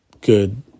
good